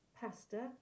pasta